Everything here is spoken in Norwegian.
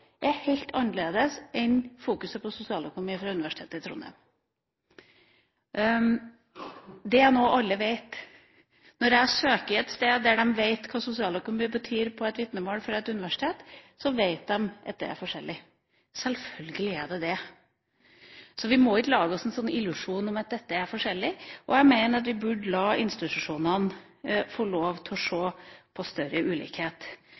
er helt annerledes enn vektlegginga på sosialøkonomi ved Universitetet i Trondheim. Det er noe alle vet. Når jeg søker et sted der de vet hva sosialøkonomi fra et universitet betyr på et vitnemål, så vet de at det er forskjeller. Selvfølgelig er det det. Så vi må ikke lage oss en illusjon om at dette ikke er forskjellig. Jeg mener at vi burde la institusjonene få lov til å se på større ulikhet.